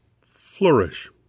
flourish